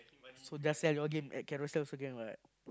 so just sell your game at Carousell also can what